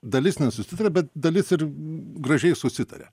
dalis nesusitaria bet dalis ir gražiai susitaria